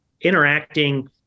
Interacting